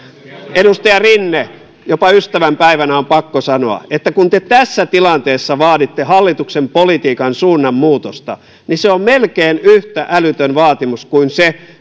edustaja rinne jopa ystävänpäivänä on pakko sanoa että kun te tässä tilanteessa vaaditte hallituksen politiikan suunnanmuutosta niin se on melkein yhtä älytön vaatimus kuin se